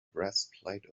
breastplate